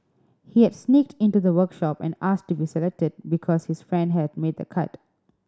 he had sneaked into the workshop and asked to be selected because his friend had made the cut